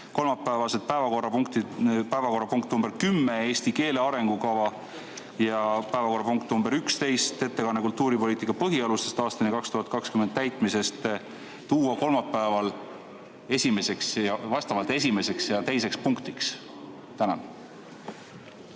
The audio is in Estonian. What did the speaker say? kolmapäevased päevakorrapunktid nr 10 ehk eesti keele arengukava ja päevakorrapunkt nr 11 ehk ettekanne kultuuripoliitika põhialuste aastani 2020 täitmise kohta kolmapäeval vastavalt esimeseks ja teiseks punktiks. Aitäh!